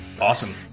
Awesome